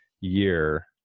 year